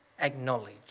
Acknowledge